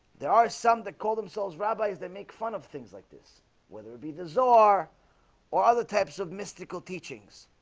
there are some that call themselves rabbis that make fun of things like this whether it be the czar or other types of mystical teachings